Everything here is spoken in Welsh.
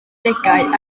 degau